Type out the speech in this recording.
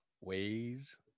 ways